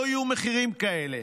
לא יהיו מחירים כאלה.